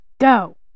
go